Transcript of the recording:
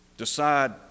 decide